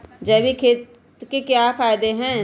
जैविक खाद के क्या क्या फायदे हैं?